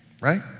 Right